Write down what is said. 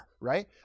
Right